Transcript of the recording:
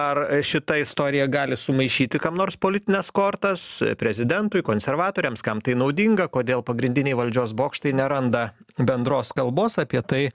ar šita istorija gali sumaišyti kam nors politines kortas prezidentui konservatoriams kam tai naudinga kodėl pagrindiniai valdžios bokštai neranda bendros kalbos apie tai